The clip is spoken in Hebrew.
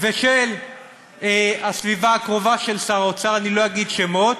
ושל הסביבה הקרובה של שר האוצר, אני לא אגיד שמות,